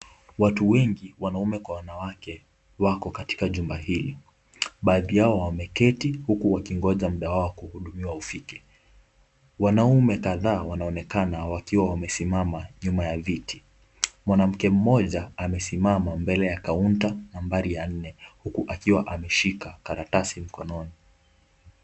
Watu wengi wanaume kwa wanawake wako katika jumba hili. Baadhi yao wameketi huku wakingoja muda wao wa kuhudumiwa ufike. Wanaume kadhaa wanaonekana wakiwa wamesimama nyuma ya viti. Mwanamke mmoja amesimama mbele ya kaunta nambari ya nne huku akiwa ameshika karatasi mkononi.